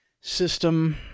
system